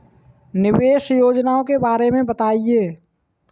निवेश योजनाओं के बारे में बताएँ?